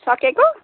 सकिएको